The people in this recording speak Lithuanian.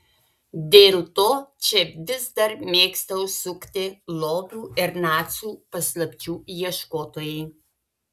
dėl to čia vis dar mėgsta užsukti lobių ir nacių paslapčių ieškotojai